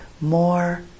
more